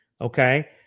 Okay